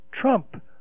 Trump